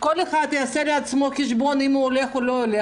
כל אחד יעשה לעצמו חשבון אם הוא הולך או לא הולך,